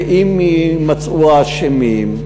ואם יימצאו האשמים,